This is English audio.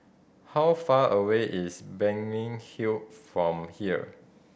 how far away is Balmeg Hill from here